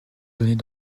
données